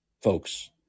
folks